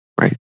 Right